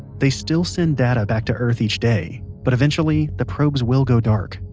they still send data back to earth each day. but eventually the probes will go dark,